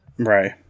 Right